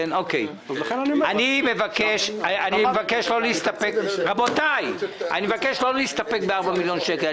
אני מבקש לא להסתפק ב-4 מיליון שקל,